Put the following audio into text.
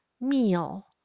Meal